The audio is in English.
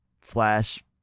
flash